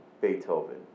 Beethoven